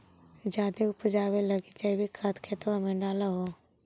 जायदे उपजाबे लगी जैवीक खाद खेतबा मे डाल हो?